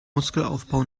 muskelaufbau